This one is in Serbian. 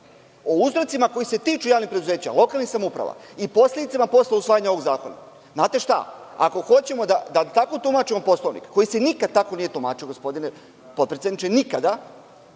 o uzrocima koji se tiču javnih preduzeća, lokalnih samouprava i posledica posle usvajanja ovog zakona. Znate šta, ako hoćemo da tako tumačimo Poslovnik, koji se nikada tako nije tumačio, gospodine potpredsedniče, nikada,